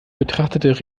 betrachtet